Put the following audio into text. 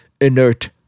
inert